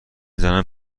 زنم